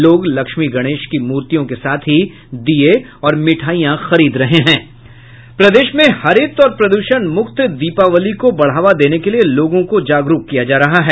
लोग लक्ष्मी गणेश की मूर्तियों के साथ ही दीये और मिठाईयां खरीद रहे हैं प्रदेश में हरित और प्रदूषण मुक्त दीपावली को बढ़ावा देने के लिए लोगों को जागरूक किया जा रहा है